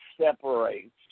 separates